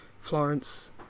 Florence